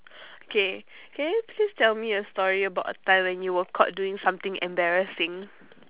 okay can you please tell me a story about a time when you were caught doing something embarrassing